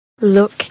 look